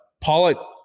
Pollock